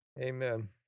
Amen